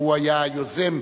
שהוא היה היוזם